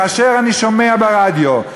כאשר אני שומע ברדיו,